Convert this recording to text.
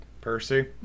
Percy